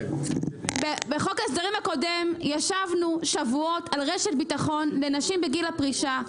בחוק ההסדרים הקודם ישבנו שבועות על רשת ביטחון לנשים בגיל הפרישה.